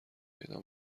پیدا